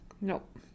Nope